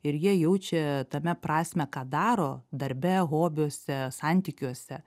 ir jie jaučia tame prasmę ką daro darbe hobiuose santykiuose